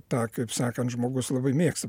tą kaip sakant žmogus labai mėgsta